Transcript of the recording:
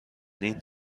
این